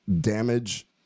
damage